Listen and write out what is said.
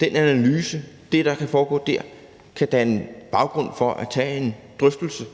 den analyse – det, der kan foregå der – kan danne baggrund for at tage en drøftelse.